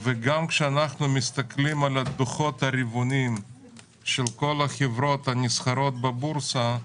גם כשאנחנו מסתכלים על הדוחות הרבעוניים של כל החברות שנסחרות בבורסה,